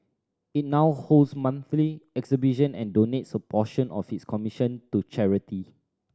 it now holds monthly exhibition and donates a portion of its commission to charity